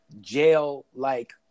jail-like